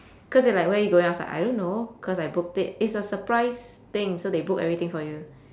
cause they like where you going I was like I don't know cause I booked it it's a surprise thing so they book everything for you